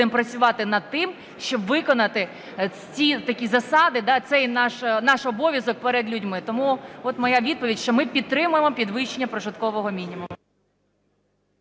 будемо працювати над тим, щоб виконати ці такі засади, цей наш обов'язок перед людьми. Тому от моя відповідь, що ми підтримуємо підвищення прожиткового мінімуму.